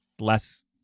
less